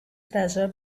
treasure